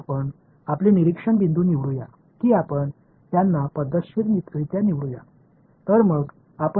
எனவே நாம் இப்பொழுது நம்முடைய கண்காணிப்பு புள்ளியைத் முறையாகத் தேர்ந்தெடுப்போம் எனவே இந்த ஒவ்வொரு n பிரிவுகளின் மையத்தையும் தேர்ந்தெடுப்போம்